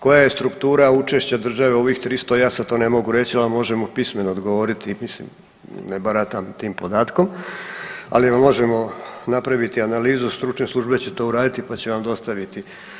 Koja je struktura učešća države u ovih 300 ja sad to ne mogu reći, ali vam možemo pismeno odgovoriti, mislim ne baratam tim podatkom ali vam možemo napraviti analizu, stručne službe će to uraditi pa će vam dostaviti.